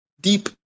deep